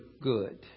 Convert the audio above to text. good